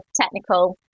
technical